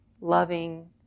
loving